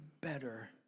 better